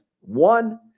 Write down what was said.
One